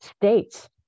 states